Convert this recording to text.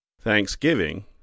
Thanksgiving